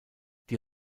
die